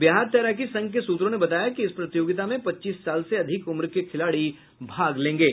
बिहार तैराकी संघ के सूत्रों ने बताया कि इस प्रतियोगिता में पच्चीस साल से अधिक उम्र के खिलाड़ी भाग लेंगे